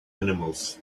animals